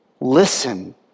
Listen